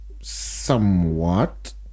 Somewhat